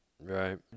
Right